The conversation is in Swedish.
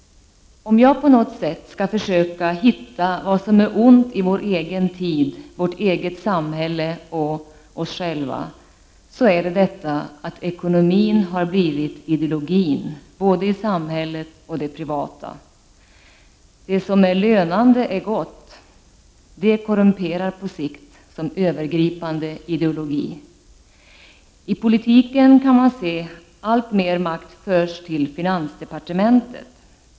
”Om jag på något sätt skall försöka hitta vad som är ont i vår egen tid, vårt eget samhälle och oss själva, så är det detta att ekonomin har blivit ideologin, både i samhället och det privata. ”Det som är Lönande är Gott” — det korrumperar på sikt, som övergripande ideologi. — I politiken kan man se att allt mer makt förs till finansdepartementet.